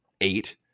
eight